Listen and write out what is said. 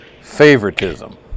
favoritism